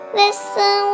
listen